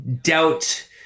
doubt